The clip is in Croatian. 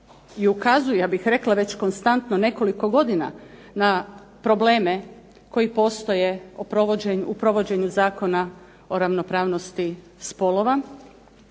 i ukazuje već konstantno nekoliko godina na probleme koji postoje u provođenju Zakona o ravnopravnosti spolova,